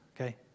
okay